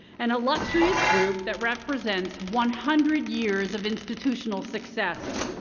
an illustrious group that represents one hundred years of institutional success.